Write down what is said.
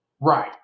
Right